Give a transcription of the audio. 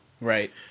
Right